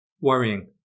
worrying